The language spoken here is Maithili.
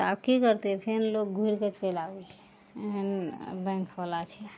तऽ आब की करतइ फेन लोक घुरिके चलि आबय छै एहन बैंकवला छै